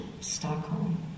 Stockholm